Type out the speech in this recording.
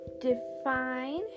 Define